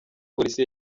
polisi